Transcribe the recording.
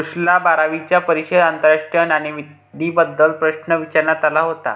कुशलला बारावीच्या परीक्षेत आंतरराष्ट्रीय नाणेनिधीबद्दल प्रश्न विचारण्यात आला होता